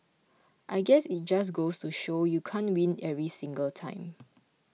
I guess it just goes to show you can't win every single time